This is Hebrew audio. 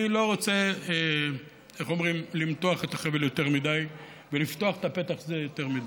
אני לא רוצה למתוח את החבל יותר מדי ולפתוח את הפתח הזה יותר מדי.